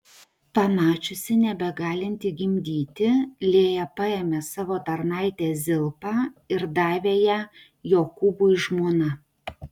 pamačiusi nebegalinti gimdyti lėja paėmė savo tarnaitę zilpą ir davė ją jokūbui žmona